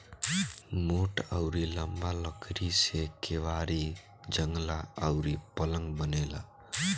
मोट अउरी लंबा लकड़ी से केवाड़ी, जंगला अउरी पलंग बनेला